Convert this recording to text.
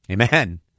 Amen